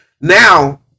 Now